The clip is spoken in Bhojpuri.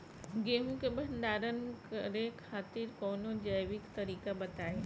गेहूँ क भंडारण करे खातिर कवनो जैविक तरीका बताईं?